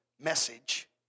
message